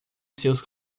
seus